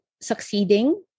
succeeding